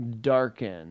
Darken